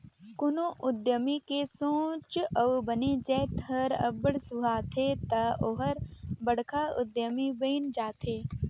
कोनो उद्यमी के सोंच अउ बने जाएत हर अब्बड़ सुहाथे ता ओहर बड़खा उद्यमी बइन जाथे